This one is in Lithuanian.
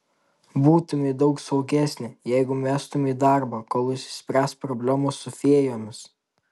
būtumei daug saugesnė jeigu mestumei darbą kol išsispręs problemos su fėjomis